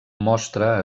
mostra